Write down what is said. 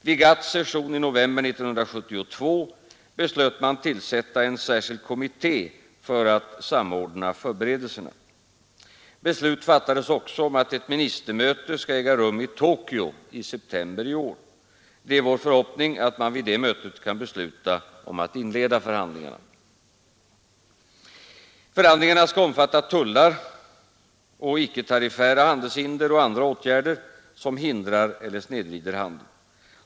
Vid GATT :s session i november 1972 beslöt man tillsätta en särskild kommitté för att samordna förberedelserna. Beslut fattades också om att ett ministermöte skall äga rum i Tokyo i september i år. Det är vår förhoppning att man vid detta möte kan besluta om att inleda förhandlingarna. Förhandlingarna skall omfatta tullar samt icke-tariffära handelshinder och andra åtgärder som hindrar eller snedvrider handeln.